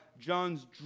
John's